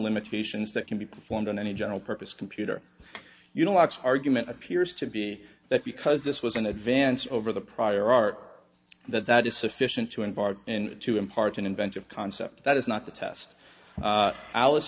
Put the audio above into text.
limitations that can be performed on any general purpose computer you don't watch argument appears to be that because this was an advance over the prior art that that is sufficient to embark in to impart an inventive concept that is not the